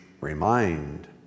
remind